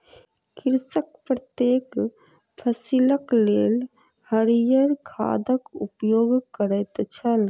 कृषक प्रत्येक फसिलक लेल हरियर खादक उपयोग करैत छल